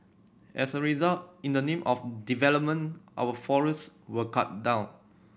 as a result in the name of development our forests were cut down